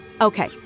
Okay